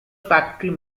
factory